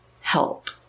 help